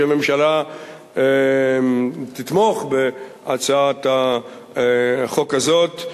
שהממשלה תתמוך בהצעת החוק הזאת,